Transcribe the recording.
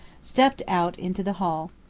stepped out into the hall.